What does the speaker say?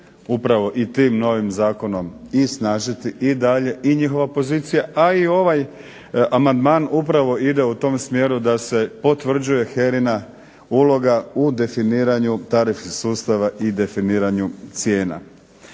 upravo i tim novim zakonom i snažiti i dalje i njihova pozicija, a i ovaj amandman upravo ide u tom smjeru da se potvrđuje HERA-na uloga u definiranju tarifnih sustava i definiranju cijena.